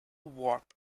warp